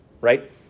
right